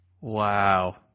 Wow